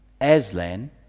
aslan